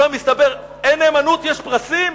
ועכשיו מסתבר ש"אין נאמנות, יש פרסים"?